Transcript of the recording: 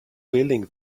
building